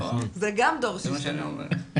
זה גם דור אחר.